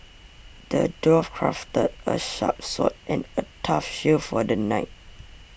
the dwarf crafted a sharp sword and a tough shield for the knight